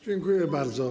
Dziękuję bardzo.